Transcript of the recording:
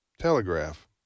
telegraph